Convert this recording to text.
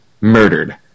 murdered